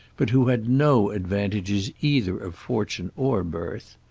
but who had no advantages either of fortune or birth.